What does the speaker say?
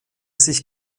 sich